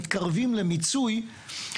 מתקרבים למיצוי,